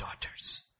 daughters